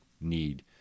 need